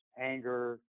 anger